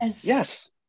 Yes